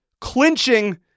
clinching